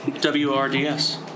W-R-D-S